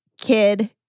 kid